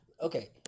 okay